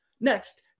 Next